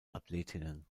athletinnen